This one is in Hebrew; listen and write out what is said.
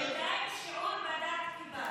בינתיים שיעור בדת קיבלנו,